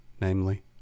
namely